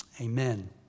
Amen